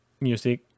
music